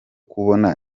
kubona